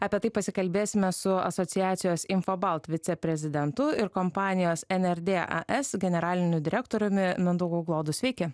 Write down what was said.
apie tai pasikalbėsime su asociacijos infobalt viceprezidentu ir kompanijos enerdė as generaliniu direktoriumi mindaugu glodu sveiki